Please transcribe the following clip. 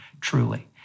truly